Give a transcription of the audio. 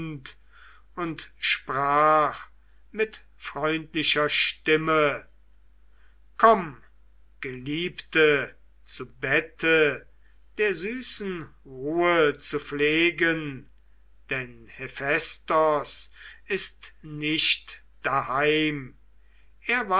und sprach mit freundlicher stimme komm geliebte zu bette der süßen ruhe zu pflegen denn hephaistos ist nicht daheim